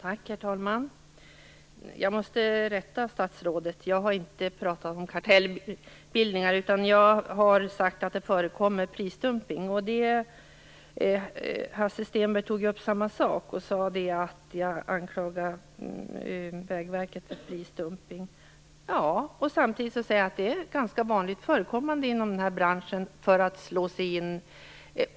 Herr talman! Jag måste rätta statsrådet. Jag har inte talat om kartellbildningar, utan jag har sagt att det förekommer prisdumpning. Hans Stenberg tog upp samma sak. Han sade att jag anklagar Vägverket för prisdumpning. Ja, och samtidigt kan jag säga att det är ganska vanligt förekommande i branschen.